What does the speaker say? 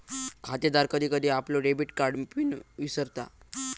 खातेदार कधी कधी आपलो डेबिट कार्ड पिन विसरता